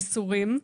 מסורים.